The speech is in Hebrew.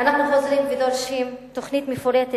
אנחנו חוזרים ודורשים תוכנית מפורטת